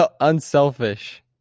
unselfish